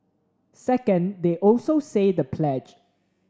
second they also say the pledge